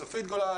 צופית גולן,